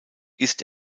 ist